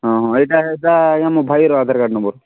ହଁ ହଁ ଏଇଟା ଏଇଟା ଆଜ୍ଞା ମୋ ଭାଇର ଆଧାର କାର୍ଡ୍ ନମ୍ବର୍